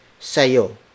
sayo